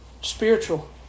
spiritual